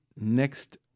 next